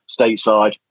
stateside